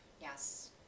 yes